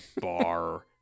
bar